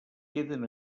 queden